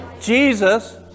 Jesus